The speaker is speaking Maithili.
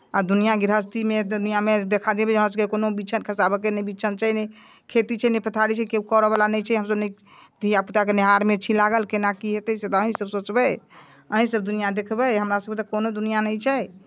आ दुनिआँ गृहस्थीमे दुनिआँमे देखय देबै अहाँसभके कोनो बिच्छन खसाबयके नहि बीछन छै नहि खेती छै नहि पथारी छै केओ करयवला नहि छै हमसभ नहि धिया पूताके नेहारमे छी लागल केना की हेतै से तऽ अहीँसभ सोचबै अहीँसभ दुनिआँ देखबै हमरासभके तऽ कोनो दुनिआँ नहि छै